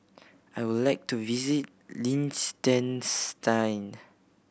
I would like to visit Liechtenstein